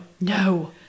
No